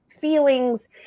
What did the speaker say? feelings